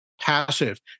passive